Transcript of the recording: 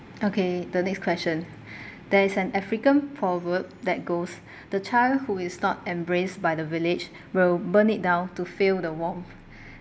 okay the next question there is an african proverb that goes the child who is not embraced by the village will burn it down to feel the warmth